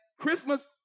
Christmas